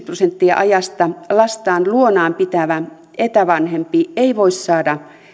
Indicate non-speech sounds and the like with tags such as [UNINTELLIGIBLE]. [UNINTELLIGIBLE] prosenttia ajasta lastaan luonaan pitävä etävanhempi ei voi saada